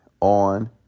on